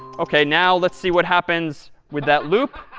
ok, now let's see what happens with that loop.